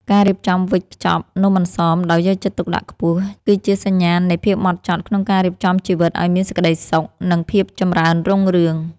ការរៀបចំវេចខ្ចប់នំអន្សមដោយយកចិត្តទុកដាក់ខ្ពស់គឺជាសញ្ញាណនៃភាពហ្មត់ចត់ក្នុងការរៀបចំជីវិតឱ្យមានសេចក្ដីសុខ និង ភាពចម្រើនរុងរឿង។